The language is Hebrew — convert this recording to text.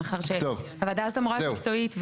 מאחר שהוועדה הזאת אמורה להיות מקצועית.